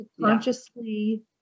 consciously